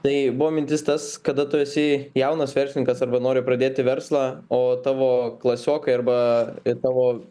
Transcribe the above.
tai buvo mintis tas kada tu esi jaunas verslininkas arba nori pradėti verslą o tavo klasiokai arba tavo